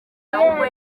ahubwo